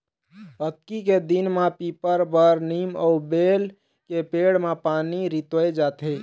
अक्ती के दिन म पीपर, बर, नीम अउ बेल के पेड़ म पानी रितोय जाथे